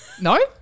No